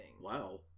wow